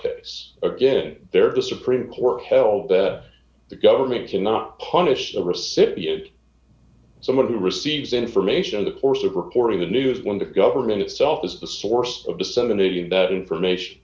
case again there to supreme court held that the government cannot punish the recipient someone who receives information on the course of reporting the news when the government itself is the source of disseminating that information